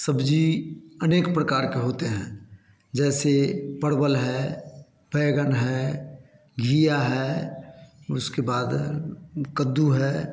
सब्जी अनेक प्रकार की होते हैं जैसे परवल है बैंगन है घिया है उसके बाद कद्दू है